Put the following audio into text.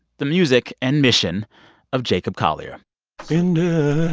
the music and mission of jacob collier bin de